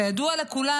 כידוע לכולם,